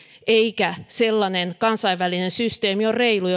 eikä sellainen kansainvälinen systeemi ole reilu